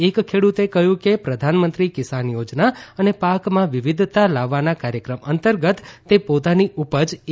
એક ખેડૂતે કહ્યું કે પ્રધાનમંત્રી કિસાન યોજના અને પાકમાં વિવિધતા લાવવાના કાર્યક્રમ અંતર્ગત તે પોતાની ઉપજ એ